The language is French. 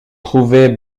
trouver